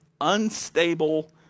unstable